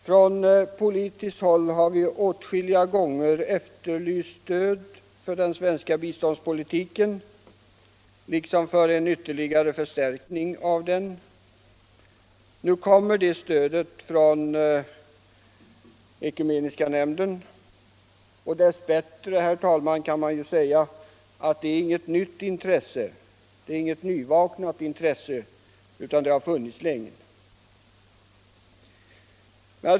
Från politiskt håll har vi åtskilliga gånger efterlyst stöd för den svenska biståndspolitiken — liksom för en ytterligare förstärkning av den. Nu kommer det stödet från Ekumeniska nämnden. Dess bättre kan jag säga att det inte är något nyvaket intresse, utan det har funnits länge.